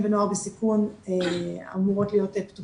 אבל בגדול המסגרות לילדים ונוער בסיכון אמורות להיות פתוחות